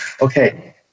Okay